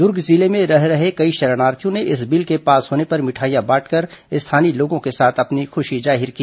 दुर्ग जिले में रह रहे कई शरणार्थियों ने इस बिल के पास होने पर मिठाई बांट कर स्थानीय लोगों के साथ अपनी खुशी जाहिर की